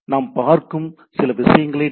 நாம் பார்க்கும் சில விஷயங்களை டி